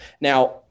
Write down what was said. Now